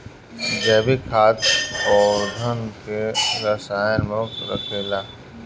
जैविक खाद पौधन के रसायन मुक्त रखेला